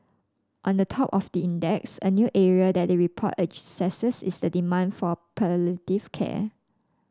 on the top of the index a new area that the report assesses is the demand for palliative care